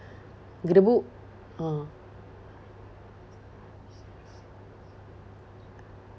with the book ah